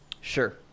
Sure